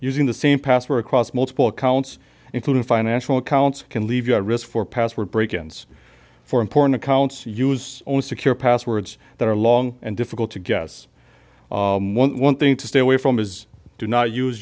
using the same password across multiple accounts including financial accounts can leave you at risk for password break ins for important accounts use own secure passwords that are long and difficult to guess one thing to stay away from is do not use